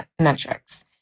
metrics